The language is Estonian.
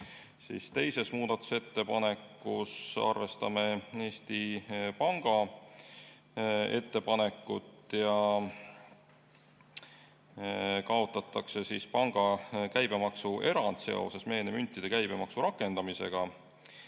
Teises muudatusettepanekus arvestame Eesti Panga ettepanekut ja kaotatakse panga käibemaksuerand seoses meenemüntide käibemaksu rakendamisega.